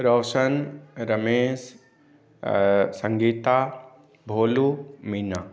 Raushan Ramesh Sangeeta Bholu Meena